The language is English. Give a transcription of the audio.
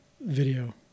video